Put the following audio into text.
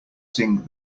sing